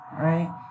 right